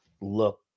look